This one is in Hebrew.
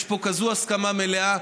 יש פה כזו הסכמה מלאה.